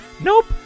nope